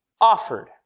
offered